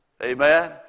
Amen